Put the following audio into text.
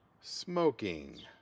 smoking